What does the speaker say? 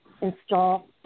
install